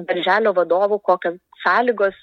darželio vadovų kokiom sąlygos